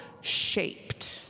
shaped